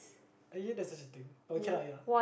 ya there's such a thing but okay lah ya